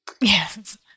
Yes